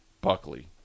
Buckley